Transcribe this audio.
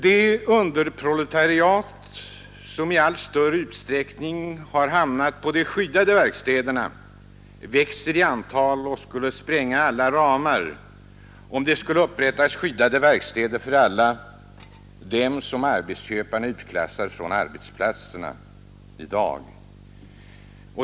Det ”underproletariat” som i allt större utsträckning har hamnat på de skyddade verkstäderna växer i antal och skulle spränga alla ramar om det skulle upprättas skyddade verkstäder för alla dem som arbetsköparna utklassar från arbetsplatserna i dag.